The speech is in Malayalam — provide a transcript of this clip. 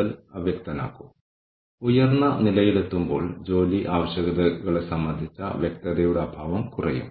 പക്ഷേ അവർ അത് ഉപയോഗിക്കാൻ പരിശീലിപ്പിക്കുകയും